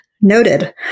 Noted